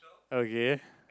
okay